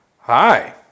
hi